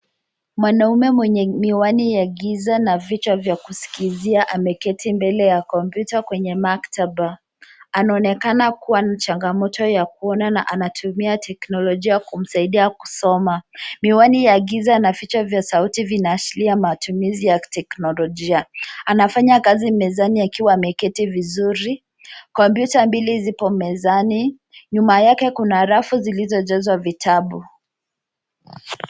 Mwanaume mwenye miwani ya giza na vichwa vya kusikizia ameketi mbele ya kompyuta kwenye maktaba. Anaonekana kuwa na changamoto ya kuona na anatumia teknolojia kumsaidia kusoma. Miwani ya giza na vichwa vya sauti zinaashiria matumizi ya kiteknolojia. Anafanya kazi mezani akiwa ameketi vizuri. Kompyuta mbili zipo mezani, nyuma yake kuna rafu zilizojazwa vitabu.